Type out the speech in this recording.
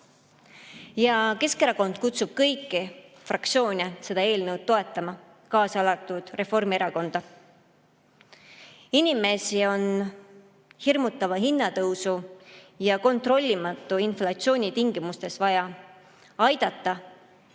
Keskerakond kutsub kõiki fraktsioone üles seda eelnõu toetama, kaasa arvatud Reformierakonda. Inimesi on hirmutava hinnatõusu ja kontrollimatu inflatsiooni tingimustes vaja aidata